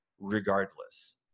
regardless